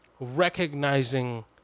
recognizing